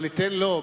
ניתן לו,